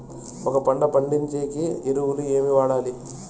ఒక పంట పండించేకి ఎరువులు ఏవి వాడాలి?